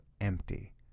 empty